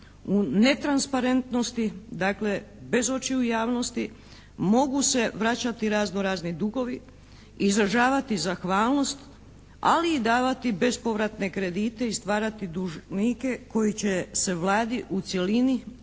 U netransparentnosti dakle bez očiju javnosti mogu se vraćati razno-razni dugovi, izražavati zahvalnost, ali i davati bespovratne kredite i stvarati dužnike koji će se Vladi u cjelini